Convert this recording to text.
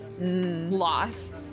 lost